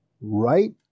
Right